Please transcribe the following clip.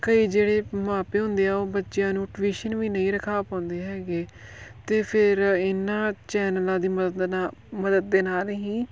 ਕਈ ਜਿਹੜੇ ਮਾਂ ਪਿਓ ਹੁੰਦੇ ਆ ਉਹ ਬੱਚਿਆਂ ਨੂੰ ਟਵੀਸ਼ਨ ਵੀ ਨਹੀਂ ਰਖਵਾ ਪਾਉਂਦੇ ਹੈਗੇ ਅਤੇ ਫਿਰ ਇਹਨਾਂ ਚੈਨਲਾਂ ਦੀ ਮਦਦ ਨਾਲ ਮਦਦ ਦੇ ਨਾਲ ਹੀ